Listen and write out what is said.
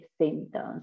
symptoms